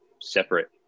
separate